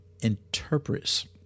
interprets